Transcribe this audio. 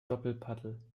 doppelpaddel